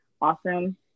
awesome